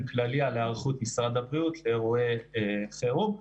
כללי על היערכות משרד הבריאות לאירועי חירום.